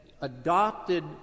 adopted